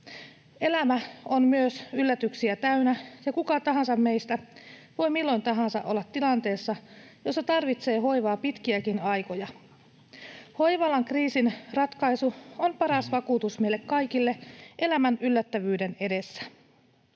Elämä on myös yllätyksiä täynnä, ja kuka tahansa meistä voi milloin tahansa olla tilanteessa, jossa tarvitsee hoivaa pitkiäkin aikoja. Hoiva-alan kriisin ratkaisu on paras vakuutus meille kaikille elämän yllättävyyden edessä.